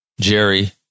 Jerry